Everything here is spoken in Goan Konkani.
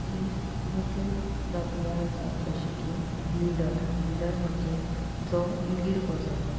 तीन मुखेल प्रतिया आसात जशें की लिडर लिडर म्हणजें जो लीड करतलो